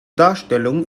darstellung